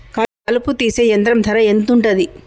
కలుపు తీసే యంత్రం ధర ఎంతుటది?